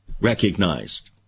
recognized